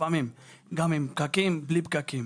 עם פקקים או בלי פקקים.